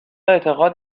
اعتقاد